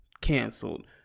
canceled